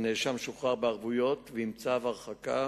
הנאשם שוחרר בערבות ועם צו הרחקה